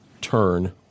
turn